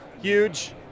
huge